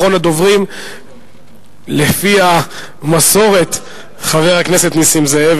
אחרון הדוברים, לפי המסורת, חבר הכנסת נסים זאב.